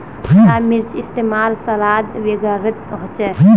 हरा मिर्चै इस्तेमाल सलाद वगैरहत होचे